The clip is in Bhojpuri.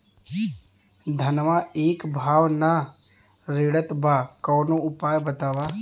धनवा एक भाव ना रेड़त बा कवनो उपाय बतावा?